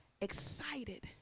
excited